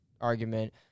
argument